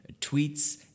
tweets